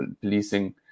policing